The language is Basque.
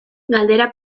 galdera